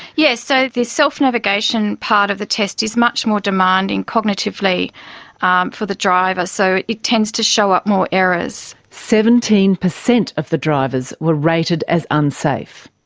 yes, so the self-navigation part of the test is much more demanding cognitively um for the driver. so it tends to show up more errors. seventeen percent of the drivers were rated as unsafe.